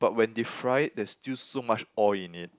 but when they fried it there's still so much oil in it